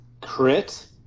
crit